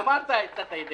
--- אמרת, יצאת ידי